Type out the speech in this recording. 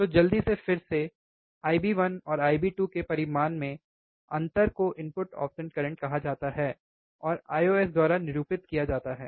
तो जल्दी से फिर से IB1 और Ib2 के परिमाण में अंतर को इनपुट ऑफ़सेट करंट कहा जाता है और Ios द्वारा निरूपित किया जाता है